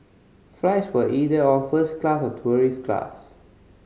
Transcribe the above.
flights were either all first class or tourist class